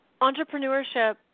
Entrepreneurship